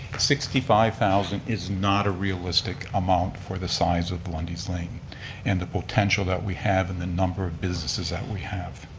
sixty five thousand is not a realistic amount for the size of lundy's lane and the potential that we have in the number of businesses that we have.